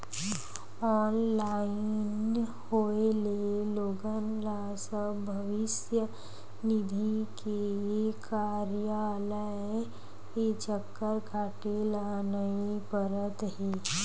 online होए ले लोगन ल अब भविस्य निधि के कारयालय के चक्कर काटे ल नइ परत हे